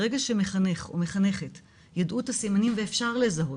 מרגע שמחנך או מחנכת יידעו את הסימנים ואפשר לזהות,